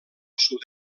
sud